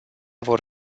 vor